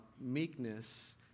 meekness